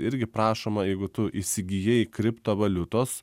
irgi prašoma jeigu tu įsigijai kriptovaliutos